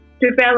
develop